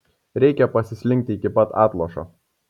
reikia pasislinkti iki pat atlošo